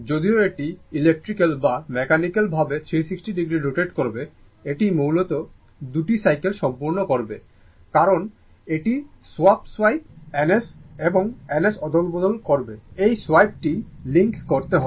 যদিও এটি ইলেকট্রিক্যাল বা মেকানিক্যাল ভাবে 360 ডিগ্রি রোটেট করবে এটি মূলত 2 টি সাইকেল সম্পূর্ণ করবে কারণ এটি স্বপ সোয়াইপ N S এবং N S অদলবদল করবে এই সোয়াইপটি লিঙ্ক করতে হবে